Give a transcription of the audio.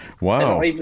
Wow